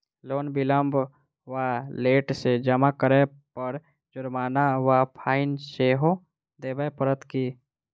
Loan विलंब वा late सँ जमा करै पर जुर्माना वा फाइन सेहो देबै पड़त की?